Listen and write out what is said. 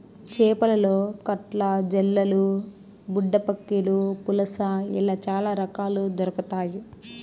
చేపలలో కట్ల, జల్లలు, బుడ్డపక్కిలు, పులస ఇలా చాల రకాలు దొరకుతాయి